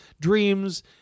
dreams